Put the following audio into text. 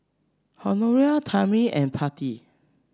Honora Tammy and Patti